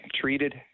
treated